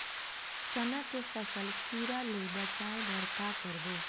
चना के फसल कीरा ले बचाय बर का करबो?